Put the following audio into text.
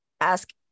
ask